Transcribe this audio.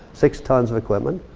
six tons of equipment.